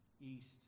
east